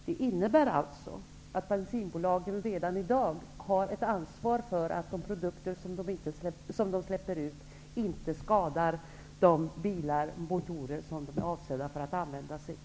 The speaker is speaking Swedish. Det innebär att bensinbolagen redan i dag har ett ansvar för att de produkter som de släpper ut inte skadar de bilar och motorer som produkterna är avsedda att användas för.